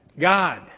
God